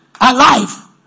Alive